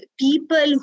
people